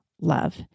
love